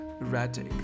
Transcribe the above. erratic